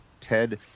Ted